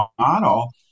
model